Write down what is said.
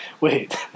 wait